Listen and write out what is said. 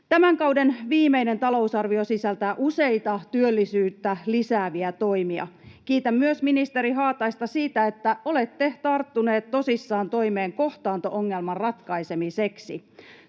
Tämän kauden viimeinen talousarvio sisältää useita työllisyyttä lisääviä toimia. Kiitän myös ministeri Haataista siitä, että olette tarttunut tosissaan toimeen kohtaanto-ongelman ratkaisemiseksi.